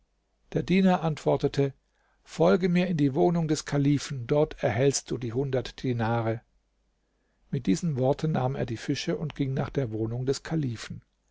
der diener antwortete folge mir in die wohnung des kalifen dort erhältst du die hundert dinare mit diesen worten nahm er die fische und ging nach der wohnung des kalifen